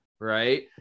right